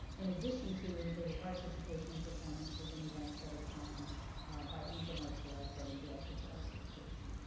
in addition to the arts education performances and events that are planned by angel mercier, our program director for arts education.